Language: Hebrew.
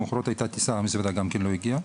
למחרת, הייתה טיסה, המזוודה גם כן לא הגיעה.